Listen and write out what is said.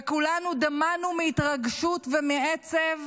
וכולנו דמענו מהתרגשות ומעצב